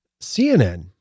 CNN